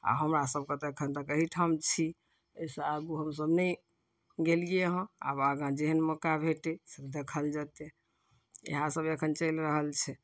आ हमरा सभकेँ तऽ एखन तक एहिठाम छी एहिसँ आगू हमसभ नहि गेलियै हँ आब आगाँ जेहन मौका भेटय से देखल जेतै इएहसभ एखन चलि रहल छै